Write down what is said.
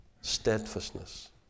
steadfastness